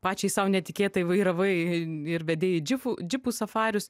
pačiai sau netikėtai vairavai ir vedei džifų džipų safarius